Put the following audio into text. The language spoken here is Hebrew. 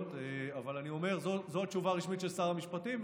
אבל אני אומר שזו התשובה הרשמית של שר המשפטים,